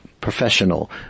professional